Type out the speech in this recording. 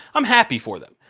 i'm happy for them.